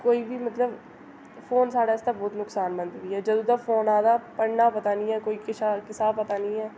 कोई बी मतलब फोन साढै़ आस्तै बहुत नुकसानमंद बी ऐ जदूं दा फोन आए दा ऐ पढ़ने दा पता नी ऐ कोई किश किसै दा पता नी ऐ